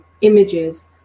images